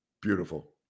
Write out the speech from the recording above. beautiful